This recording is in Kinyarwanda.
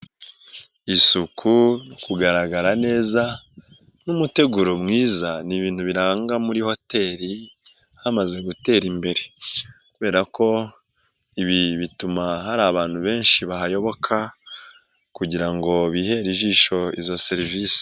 Isuku no kugaragara neza n'umuteguro mwiza ni ibintu biranga muri hoteli hamaze gutera imbere, ubera ko ibi bituma hari abantu benshi bahayoboka kugira ngo bihere ijisho izo serivisi.